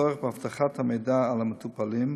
והצורך בהבטחת המידע על המטופלים,